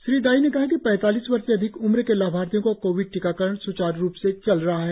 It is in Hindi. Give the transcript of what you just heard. श्री दाई ने कहा कि पैंतालीस वर्ष से अधिक उम्र के लाभार्थियों का कोविड टीकाकरण स्चारु रुप से चल रहा है